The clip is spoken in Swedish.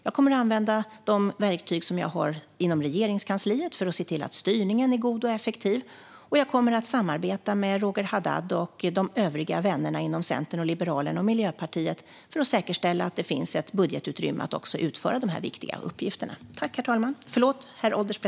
Jag kommer att använda de verktyg jag har inom Regeringskansliet för att se till att styrningen är god och effektiv. Jag kommer dessutom att samarbeta med Roger Haddad och de övriga vännerna inom Centern, Liberalerna och Miljöpartiet för att säkerställa att det finns ett budgetutrymme att också utföra dessa viktiga uppgifter.